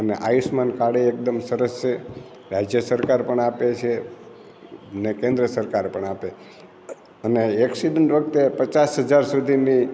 અને આયુષ્માન કાર્ડ એ એકદમ સરસ છે રાજ્ય સરકાર પણ આપે છે અને કેન્દ્ર સરકાર પણ આપે અને એકસીડન વખતે પચાસ હજાર સુધીની